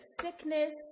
sickness